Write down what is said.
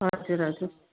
हजुर हजुर